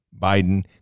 Biden